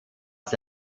sie